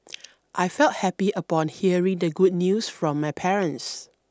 I felt happy upon hearing the good news from my parents